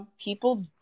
people